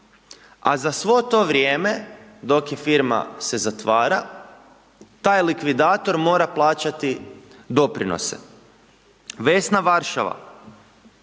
A za svo to vrijeme, dok je firma se zatvara, taj likvidator mora plaćati doprinose, Vesna Varšava,